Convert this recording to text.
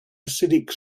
acidic